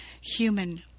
human